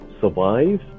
survive